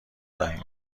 دهیم